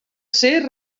ser